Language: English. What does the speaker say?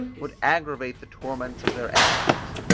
would aggravate the torments of their enemies.